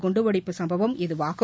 குண்டுவெடிப்பு சம்பவம் இதுவாகும்